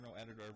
Editor